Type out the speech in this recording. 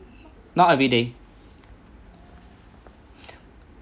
not everyday